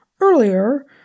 Earlier